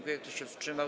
Kto się wstrzymał?